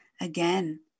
Again